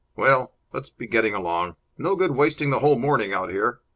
well, let's be getting along. no good wasting the whole morning out here.